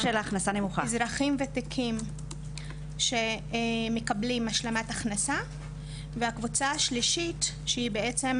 אזרחים וותיקים שמקבלים השלמת הכנסה והקבוצה השלישית שהיא בעצם,